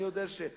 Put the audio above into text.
אני יודע ששר,